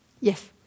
Yes